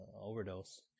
overdose